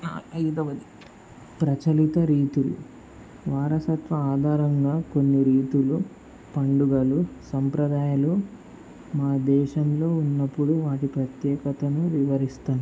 ఐదవది ప్రచలిత రీతులు వారసత్వ ఆధారంగా కొన్ని రీతులు పండుగలు సంప్రదాయాలు మా దేశంలో ఉన్నప్పుడు వాటి ప్రత్యేకతను వివరిస్తాను